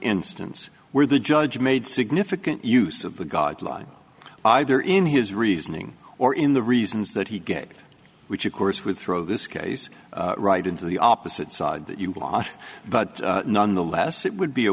instance where the judge made significant use of the god line either in his reasoning or in the reasons that he gave which of course would throw this case right into the opposite side that you've lost but nonetheless it would be a